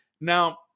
Now